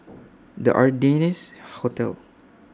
The Ardennes Hotel